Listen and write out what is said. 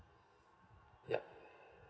yup